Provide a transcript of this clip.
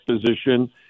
position